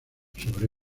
sobre